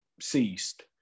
ceased